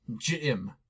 Jim